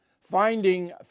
Finding